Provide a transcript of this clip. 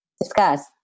discuss